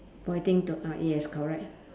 pointing to uh yes correct